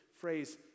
phrase